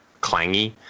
clangy